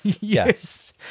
Yes